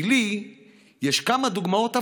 כי לי יש כמה דוגמאות הפוכות.